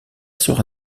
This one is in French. sera